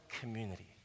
community